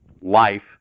life